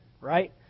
right